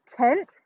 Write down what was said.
tent